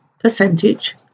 percentage